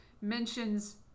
mentions